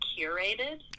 curated